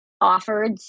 offered